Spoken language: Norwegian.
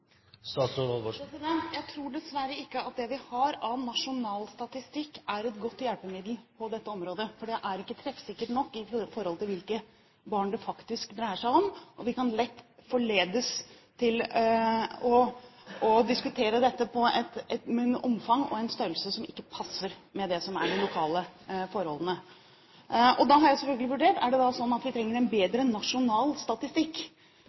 Jeg tror dessverre ikke at det vi har av nasjonal statistikk, er et godt hjelpemiddel på dette området, for det er ikke treffsikkert nok med hensyn til hvilke barn det faktisk dreier seg om, og vi kan lett forledes til å diskutere dette i et omfang og i en størrelse som ikke passer med det som er de lokale forholdene. Da har jeg selvfølgelig vurdert: Er det da sånn at vi trenger en bedre nasjonal statistikk,